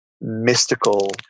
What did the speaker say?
mystical